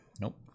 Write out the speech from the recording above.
Nope